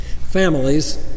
Families